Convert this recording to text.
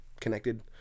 connected